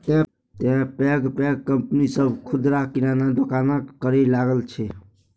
तें पैघ पैघ कंपनी सभ खुदरा किराना दोकानक करै लागल छै